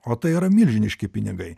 o tai yra milžiniški pinigai